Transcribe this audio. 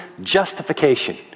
justification